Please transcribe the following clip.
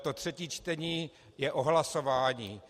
To třetí čtení je o hlasování.